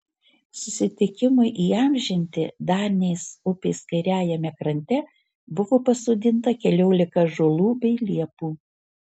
susitikimui įamžinti danės upės kairiajame krante buvo pasodinta keliolika ąžuolų bei liepų